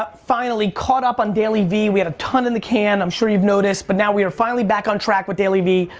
ah finally caught up on dailyvee, we had a ton in the can, i'm sure you noticed, but now we're finally back on track with dailyvee,